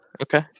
Okay